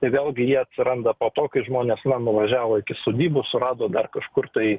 tai vėl gi jie atsiranda po to kai žmonės na nuvažiavo iki sodybos surado dar kažkur tai